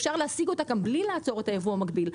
אפשר להשיג אותה גם בלי לעצור את הייבוא המקביל.